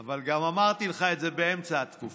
אבל גם אמרתי לך את זה באמצע התקופה.